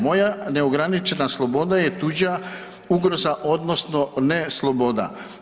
Moja neograničena sloboda je tuđa ugroza odnosno ne sloboda.